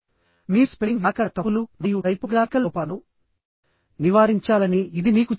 మీరు స్పెల్లింగ్ వ్యాకరణ తప్పులు మరియు టైపోగ్రాఫికల్ లోపాలను నివారించాలని ఇది మీకు చెబుతుంది